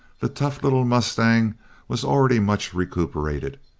the tough little mustang was already much recuperated,